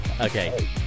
okay